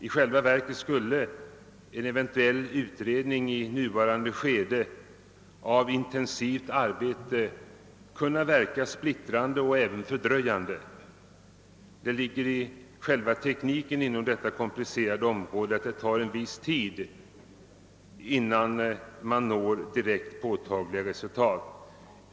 I själva verket skulle en eventuell utredning i nuvarande 'skede av intensivt arbete: kunna verka splittrande och även fördröjande. Det ligger i själva tekniken på detta komplicerade område att det tar en viss tid innan man når direkt påtagliga resultat.